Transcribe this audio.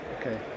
okay